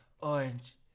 orange